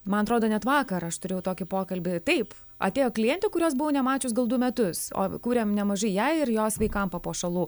man atrodo net vakar aš turėjau tokį pokalbį taip atėjo klientė kurios buvau nemačius gal du metus o kurėm nemažai jai ir jos vaikam papuošalų